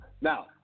Now